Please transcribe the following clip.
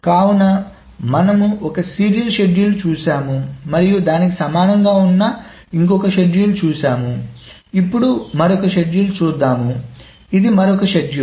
కావున మనము ఒక సీరియల్ షెడ్యూల్ చూశాము మరియు దానికి సమానంగా ఉన్న ఇంకొక షెడ్యూల్ చూశాము ఇప్పుడు మరొక షెడ్యూల్ చూద్దాం ఇది మరొక షెడ్యూల్